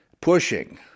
pushing